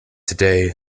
today